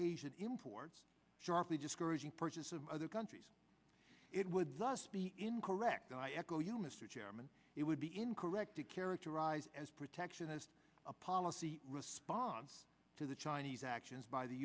asian imports sharply discouraging purchase of other countries it would thus be incorrect i echo you mr chairman it would be incorrect to characterize as protectionist a policy response to the chinese actions by the